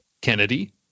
Kennedy